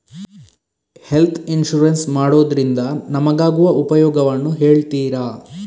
Health insurance ಮಾಡೋದ್ರಿಂದ ನಮಗಾಗುವ ಉಪಯೋಗವನ್ನು ಹೇಳ್ತೀರಾ?